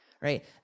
right